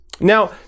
Now